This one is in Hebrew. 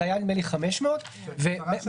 זה היה נדמה לי 500. הפרת סגר.